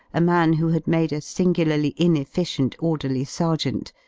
a man who had made a singularly inefficient orderly sergeant,